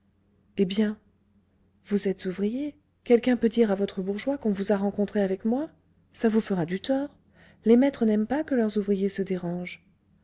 eh bien vous êtes ouvrier quelqu'un peut dire à votre bourgeois qu'on vous a rencontré avec moi ça vous fera du tort les maîtres n'aiment pas que leurs ouvriers se dérangent